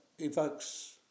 evokes